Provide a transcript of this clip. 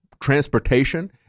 transportation